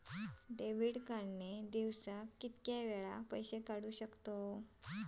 Debit card ने दिवसाला किती वेळा पैसे काढू शकतव?